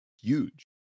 huge